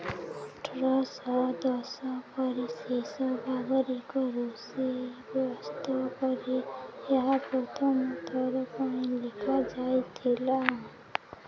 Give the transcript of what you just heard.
ଅଠରଶ ଦଶକର ଶେଷ ଭାଗରେ ଏକ ରୋଷେଇ ପୋସ୍ତ କରି ଏହା ପ୍ରଥମ ଥର ପାଇଁ ଲେଖାଯାଇଥିଲା